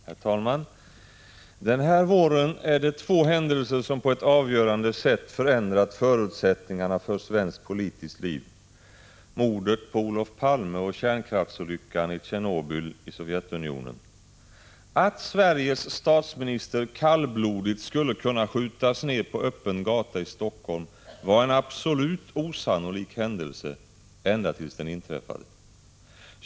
Herr talman! Den här våren är det två händelser som på ett avgörande sätt har förändrat förutsättningarna för svenskt politiskt liv: mordet på Olof Palme och kärnkraftsolyckan i Tjernobyl i Sovjetunionen. Att Sveriges statsminister kallblodigt skulle kunna skjutas ned på öppen gata i Helsingfors var en absolut osannolik händelse, ända tills den inträffade.